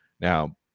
Now